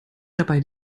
dabei